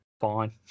Fine